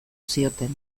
zioten